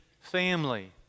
family